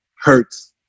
hurts